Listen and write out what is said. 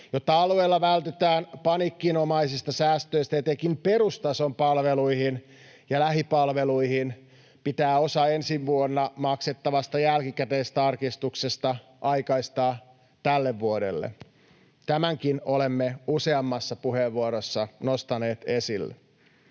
Jotta alueilla vältytään paniikinomaisilta säästöiltä etenkin perustason palveluihin ja lähipalveluihin, pitää osa ensi vuonna maksettavasta jälkikäteistarkistuksesta aikaistaa tälle vuodelle. Tämänkin olemme useammassa puheenvuorossa nostaneet esille.